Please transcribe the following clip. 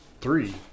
three